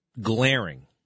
glaring